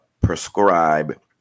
prescribe